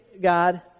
God